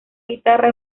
guitarra